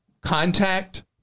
contact